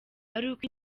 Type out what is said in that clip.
aruko